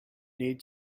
need